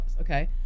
okay